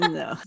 no